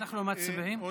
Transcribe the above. אנחנו מצביעים?